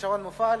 השעון מופעל.